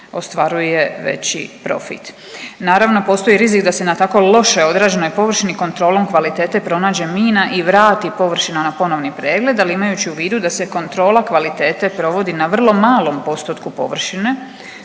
ostvaruje veći profit. Naravno, postoji rizik da se na tako loše odrađenoj površini kontrolom kvalitete pronađe mina i vrati površina na ponovni pregled, ali imajući u vidu da se kontrola kvalitete provodi na vrlo malom postotku površine,